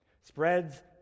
spreads